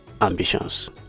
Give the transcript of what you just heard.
ambitions